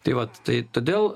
tai vat tai todėl